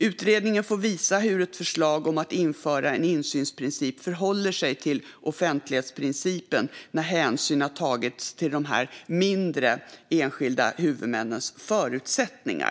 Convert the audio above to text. Utredningen får visa hur ett förslag om att införa en insynsprincip förhåller sig till offentlighetsprincipen när hänsyn har tagits till de mindre enskilda huvudmännens förutsättningar.